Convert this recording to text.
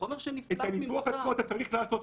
את הניתוח עצמו אתה צריך לעשות,